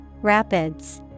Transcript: Rapids